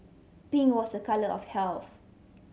pink was a colour of health